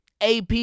AP